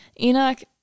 Enoch